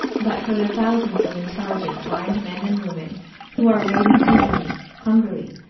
but for the thousands of intelligent blind men and women who are waiting eagerly, hungrily,